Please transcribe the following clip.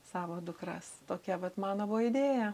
savo dukras tokia vat mano buvo idėja